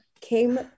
came